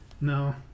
No